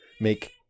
make